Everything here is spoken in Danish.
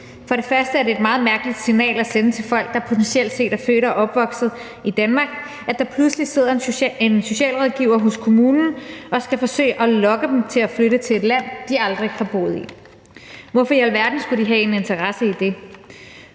og fremmest er det et meget mærkeligt signal at sende til folk, der potentielt er født og opvokset i Danmark, at der pludselig skal sidde en socialrådgiver hos kommunen og forsøge at lokke dem til at flytte til et land, de aldrig har boet i. Hvorfor i alverden skulle de have en interesse i det?